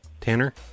Tanner